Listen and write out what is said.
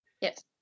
Yes